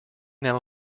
now